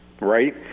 right